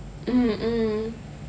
mm mm